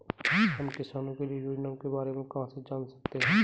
हम किसानों के लिए योजनाओं के बारे में कहाँ से जान सकते हैं?